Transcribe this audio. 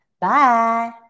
Bye